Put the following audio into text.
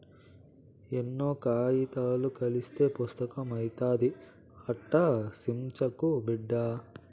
ఎన్నో కాయితాలు కలస్తేనే పుస్తకం అయితాది, అట్టా సించకు బిడ్డా